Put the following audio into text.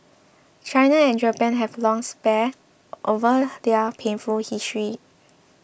China and Japan have long sparred over their painful history